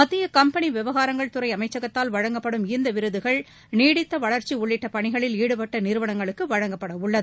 மத்திய சம்பெனி விவகாரங்கள்துறை அமைச்சகத்தால் வழங்கப்படும் இந்த விருதுகள் நீடித்த வளர்ச்சி உள்ளிட்ட பணிகளில் ஈடுபட்ட நிறுவனங்களுக்கு வழங்கப்படவுள்ளது